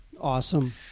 Awesome